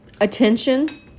attention